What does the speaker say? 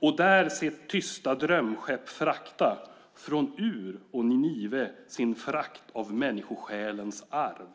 och där se tysta drömskepp frakta från Ur och Ninive sin frakt av människosjälens arv.